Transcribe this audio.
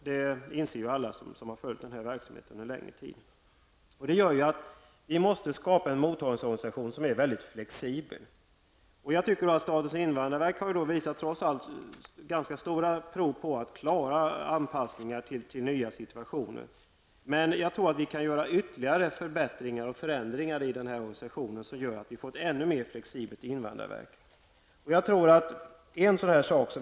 Det inser alla som har följt den här verksamheten under en längre tid. Vi måste därför skapa en mottagningsorganisation som är mycket flexibel. Jag tycker att statens invandrarverk trots allt har visat prov på anpassningsförmåga till nya situaitoner. Jag tror dock att vi kan göra ytterligare förbättringar och förändringar i den här organisationen så att vi får ett ännu mer flexibelt invandrarverk.